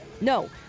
no